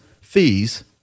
fees